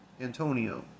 Antonio